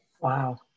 Wow